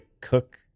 cook